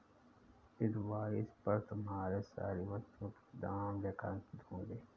invoice पर तुम्हारे सारी वस्तुओं के दाम लेखांकित होंगे